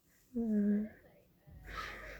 mm